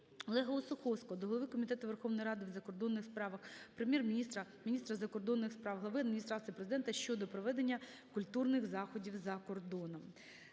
Олега Осуховського до голови Комітету Верховної Ради у закордонних справах, Прем'єр-міністра, міністра закордонних справ, Глави Адміністрації Президента щодо проведення культурних заходів за кордоном.